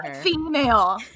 female